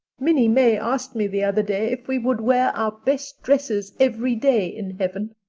minnie may asked me the other day if we would wear our best dresses every day in heaven,